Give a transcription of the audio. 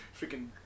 freaking